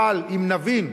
אבל אם נבין,